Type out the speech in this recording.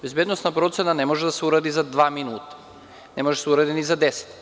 Bezbednosna procena ne može da se uradi za dva minuta, ne može da se uradi ni za deset.